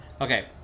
Okay